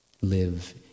Live